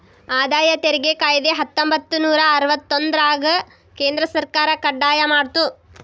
ಆದಾಯ ತೆರಿಗೆ ಕಾಯ್ದೆ ಹತ್ತೊಂಬತ್ತನೂರ ಅರವತ್ತೊಂದ್ರರಾಗ ಕೇಂದ್ರ ಸರ್ಕಾರ ಕಡ್ಡಾಯ ಮಾಡ್ತು